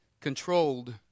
controlled